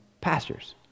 pastures